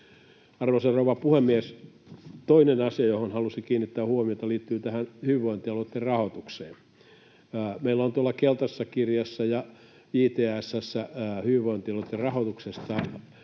Arvoisa rouva puhemies! Toinen asia, johon halusin kiinnittää huomiota, liittyy hyvinvointialueitten rahoitukseen. Meillä on tuossa keltaisessa kirjassa ja JTS:ssä hyvinvointialueitten rahoituksesta